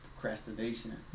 procrastination